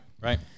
right